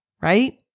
right